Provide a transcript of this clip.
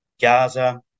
Gaza